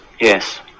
yes